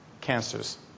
cancers